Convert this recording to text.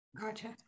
Gotcha